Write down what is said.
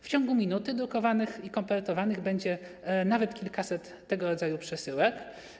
W ciągu minuty drukowanych i kopertowanych będzie nawet kilkaset tego rodzaju przesyłek.